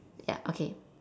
ya okay